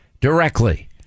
directly